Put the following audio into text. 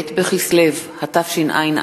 ב' בכסלו התשע"א,